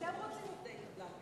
אתם רוצים עובדי קבלן.